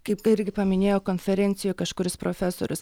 kaip irgi paminėjo konferencijoj kažkuris profesorius